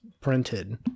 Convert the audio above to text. printed